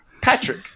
Patrick